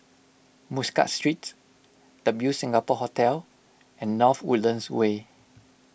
Muscat Street W Singapore Hotel and North Woodlands Way